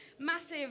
massive